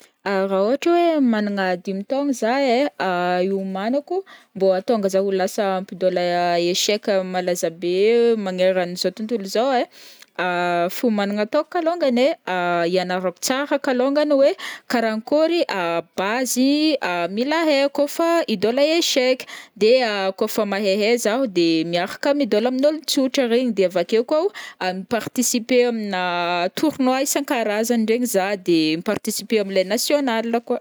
Ah raha ohatra hoe managna dimy taogno zah ai, ihomanako mbô ahatonga zah ho lasa mpidaola échec malaza be magneran'izao tontolo izao ai, fiomanagna ataoko kalongany ai: ianarako tsara kalongany hoe karaha akôry base mila hay kaof idaola échec, de kaof mahaihay Zaho de miaraka midaola amin'ôlontsotra regny, de avake koa o mi-participer amina tournois isan-karazany regny zah, de mi-participer am leha nationale koa.